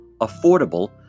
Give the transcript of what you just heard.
affordable